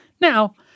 Now